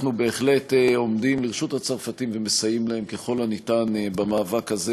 אנחנו בהחלט עומדים לרשות הצרפתים ומסייעים להם ככל הניתן במאבק הזה,